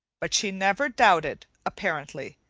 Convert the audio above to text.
but she never doubted, apparently,